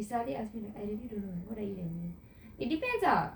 you suddenly ask me I really don't know what I eat everyday it depends ah